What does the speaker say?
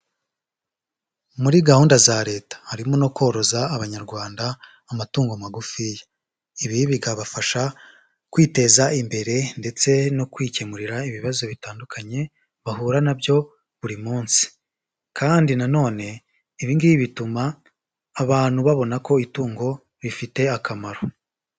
Muri gahunda za Leta harimo no koroza Abanyarwanda amatungo magufiya. Ibi bikabafasha kwiteza imbere ndetse no kwikemurira ibibazo bitandukanye bahura na byo buri munsi kandi na none ibi ngibi bituma abantu babona ko itungo rifite akamaro.